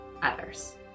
others